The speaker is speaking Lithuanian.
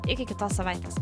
iki kitos savaitės